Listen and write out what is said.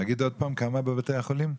תגיד עוד פעם, כמה בבתי החולים?